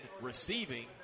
receiving